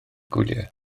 gwyliau